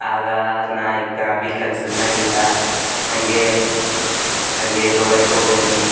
ಆಗ ನಾನು ಈಗ ಬ್ಯಾಬಿ ಕೆಲ್ಸದ ಮ್ಯಾಗಿಲ್ಲ ಹಾಗೆ ಹಾಗೆ ದುಬೈಗೆ ಹೋಗಿರಿ